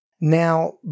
Now